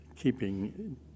keeping